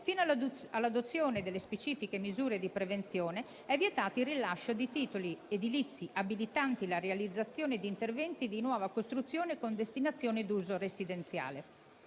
Fino all'adozione delle specifiche misure di prevenzione, sono vietati il rilascio di titoli edilizi abilitanti la realizzazione di interventi di nuova costruzione con destinazione d'uso residenziale.